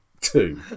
two